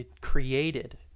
created